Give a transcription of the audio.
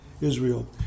Israel